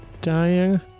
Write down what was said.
dying